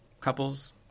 couples